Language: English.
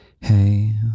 hey